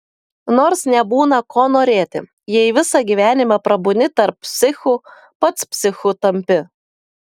nors nebūna ko norėti jei visą gyvenimą prabūni tarp psichų pats psichu tampi